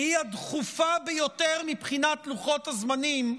שהיא הדחופה ביותר מבחינת לוחות הזמנים,